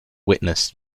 witnessed